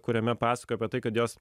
kuriame pasakojo apie tai kad jos